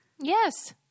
Yes